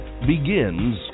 begins